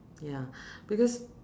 ya because